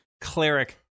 Cleric